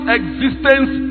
existence